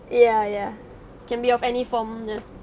ya ya can be of any form the